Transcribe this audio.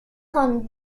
ahorn